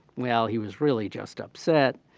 well, he was really just upset,